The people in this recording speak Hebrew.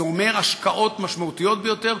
זה אומר השקעות משמעותיות ביותר.